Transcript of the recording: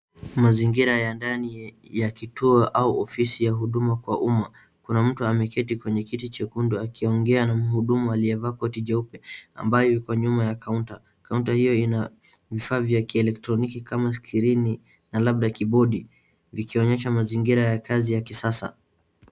Mazingira ya ndani ya kituo au ofisi ya huduma kwa umma kuna mtu ameketi kwenye kiti chekundu akiongea na mhudumu aliyevaa koti jeupe ambaye yuko nyuma ya kaunta. Kaunta hiyo ina vifaa vya kielektroniki kama skrini na labda kibodi, vikionyesha mazingira ya kazi ya kisasa.